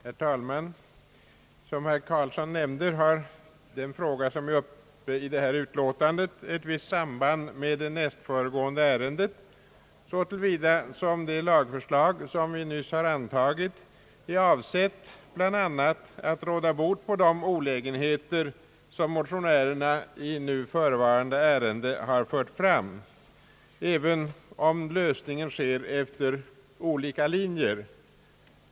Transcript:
Herr talman! Som herr Helge Karlsson nämnde har den fråga som behandlas i detta utskottsutlåtande ett visst samband med näst föregående ärende så till vida som det lagförslag vi nyss antagit är avsett att bl.a. råda bot på de olägenheter som motionärerna i nu förevarande ärende har påtalat, även om lösningen sker efter olika linjer.